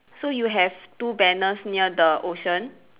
so you have two banners near the ocean